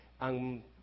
ang